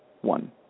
one